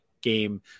game